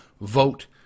vote